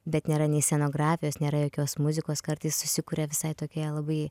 bet nėra nei scenografijos nėra jokios muzikos kartais susikuria visai tokie labai